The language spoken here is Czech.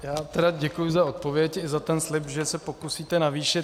Já tedy děkuji za odpověď i za ten slib, že se pokusíte navýšit.